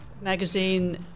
magazine